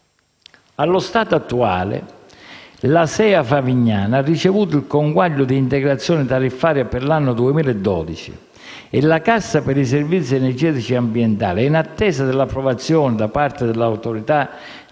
Allo stato attuale la SEA Favignana ha ricevuto il conguaglio di integrazione tariffaria per l'anno 2012 e la Cassa per i servizi energetici e ambientali è in attesa dell'approvazione da parte dell'Autorità di